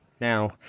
Now